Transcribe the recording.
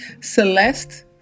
Celeste